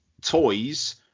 toys